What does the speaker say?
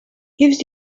gives